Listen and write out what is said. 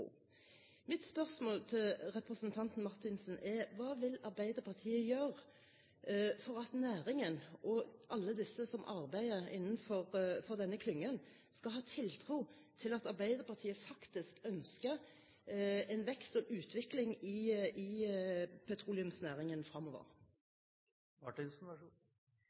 Mitt spørsmål til representanten Marthinsen er: Hva vil Arbeiderpartiet gjøre for at næringen, og alle de som arbeider innenfor denne klyngen, skal ha tiltro til at Arbeiderpartiet faktisk ønsker en vekst og en utvikling i petroleumsnæringen fremover? Arbeiderpartiet har en lang og stolt historie i